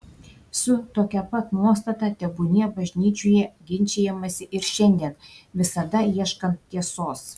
su tokia pat nuostata tebūnie bažnyčioje ginčijamasi ir šiandien visada ieškant tiesos